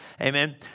Amen